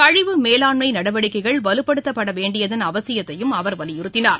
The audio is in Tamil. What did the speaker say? கழிவு மேலாண்மைநடவடிக்கைகள் வலுப்படுத்தப்படவேண்டியதன் அவசியத்தையும் அவர் வலியுறுத்தினார்